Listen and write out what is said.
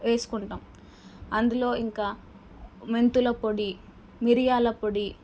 వేసుకుంటాము అందులో ఇంకా మెంతుల పొడి మిరియాల పొడి